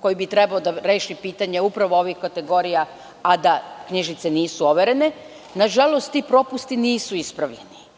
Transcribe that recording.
koji bi trebalo da reši pitanje upravo ovih kategorija, a da knjižice nisu overene, nažalost, ti propusti nisu ispravljeni.